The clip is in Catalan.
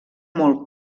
molt